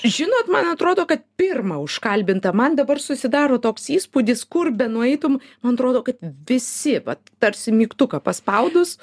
žinot man atrodo kad pirmą užkalbinta man dabar susidaro toks įspūdis kur benueitum man atrodo kad visi vat tarsi mygtuką paspaudus